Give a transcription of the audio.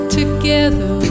together